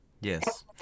Yes